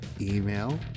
email